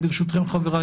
ברשותכם חבריי,